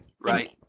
Right